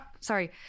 sorry